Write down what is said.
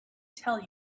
tell